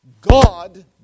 God